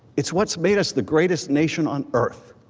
it's what's made us the greatest nation on earth.